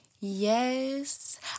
Yes